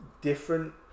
different